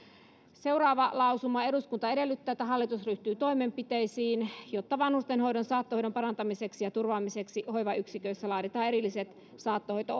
seuraava lausuma eduskunta edellyttää että hallitus ryhtyy toimenpiteisiin jotta vanhustenhoidon saattohoidon parantamiseksi ja turvaamiseksi hoivayksiköissä laaditaan erilliset saattohoito